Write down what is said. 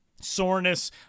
Soreness